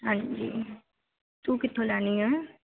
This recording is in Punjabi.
ਹਾਂਜੀ ਤੂੰ ਕਿੱਥੋਂ ਲੈਣੀ ਆ